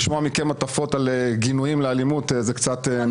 לשמוע מכם הטפות על גינויים לאלימות זה קצת מביך.